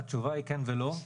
התשובה היא כן ולא.